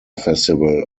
festival